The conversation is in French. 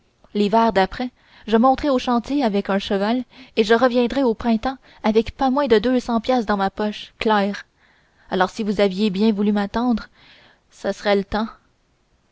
l'hiver d'après je monterai aux chantiers avec un cheval et je reviendrai au printemps avec pas moins de deux cents piastres dans ma poche clair alors si vous avez bien voulu m'attendre ça serait le temps